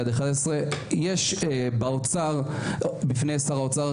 יש בפני שר האוצר